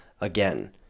Again